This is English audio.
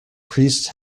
priests